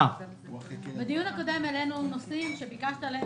בדיון הקודם העלינו נושאים שביקשת עליהם